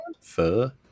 fur